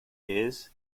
years